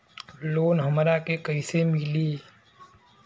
Loan हमरा के कईसे मिली?